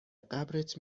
قبرت